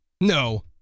No